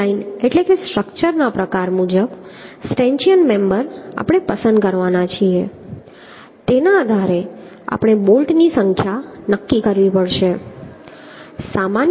bolt line એટલે કે સ્ટ્રક્ચરના પ્રકાર મુજબ સ્ટેન્ચિયન મેમ્બર આપણે પસંદ કરવાના છીએ તેના આધારે આપણે બોલ્ટની સંખ્યા નક્કી કરવી પડશે